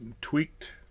tweaked